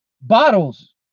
bottles